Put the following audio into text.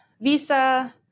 visa